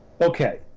okay